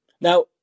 Now